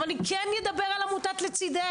אבל אני כן אדבר על עמותת "לצידך",